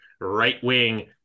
right-wing